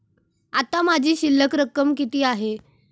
आता माझी शिल्लक रक्कम किती आहे?